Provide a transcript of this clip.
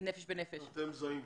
איזה חסמים אתם מזהים?